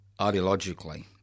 ideologically